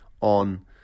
on